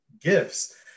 gifts